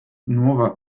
nuova